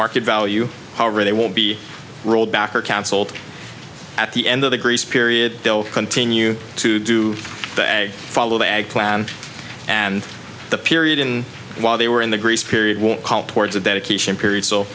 market value however they will be rolled back or cancelled at the end of the grease period they'll continue to do the egg follow the ag plan and the period in while they were in the grease period won't call towards a dedication period so